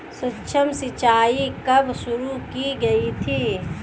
सूक्ष्म सिंचाई कब शुरू की गई थी?